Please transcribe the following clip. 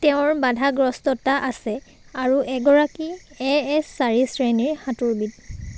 তেওঁৰ বাধাগ্ৰস্ততা আছে আৰু এগৰাকী এ এছ চাৰি শ্ৰেণীৰ সাঁতোৰবিদ